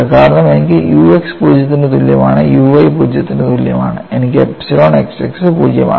കാരണം എനിക്ക് u x 0 ന് തുല്യമാണ് u y 0 ന് തുല്യമാണ് എനിക്ക് എപ്സിലോൺ xx 0 ആണ് എപ്സിലോൺ yy 0 ആണ്